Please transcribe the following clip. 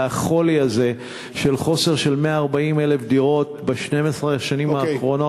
והחולי הזה של חוסר של 140,000 דירות ב-12 השנים האחרונות,